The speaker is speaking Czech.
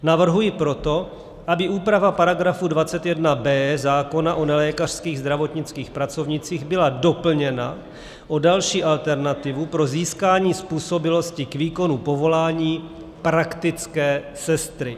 Navrhuji proto, aby úprava § 21b zákona o nelékařských zdravotnických pracovnících byla doplněna o další alternativu pro získání způsobilosti k výkonu povolání praktické sestry.